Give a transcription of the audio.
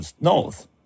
north